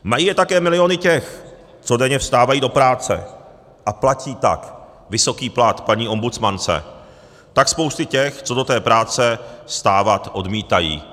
Mají je také miliony těch, co denně vstávají do práce a platí tak vysoký plat paní ombudsmance, tak spousty těch, co do té práce vstávat odmítají.